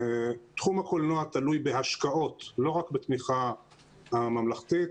תחום הקולנוע תלוי בהשקעות ולא רק בתמיכה ממלכתית.